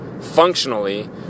functionally